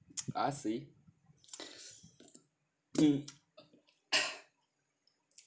I see mm